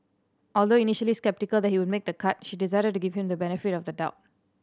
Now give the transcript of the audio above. although initially sceptical that he would make the cut she decided to give him the benefit of the doubt